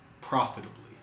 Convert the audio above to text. profitably